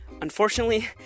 Unfortunately